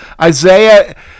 Isaiah